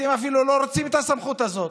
אתם אפילו לא רוצים את הסמכות הזאת.